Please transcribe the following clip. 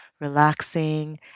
relaxing